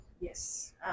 Yes